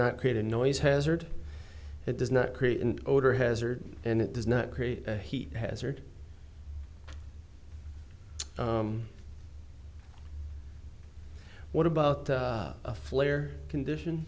not create a noise hazard it does not create an odor hazard and it does not create a heat hazard what about a flare condition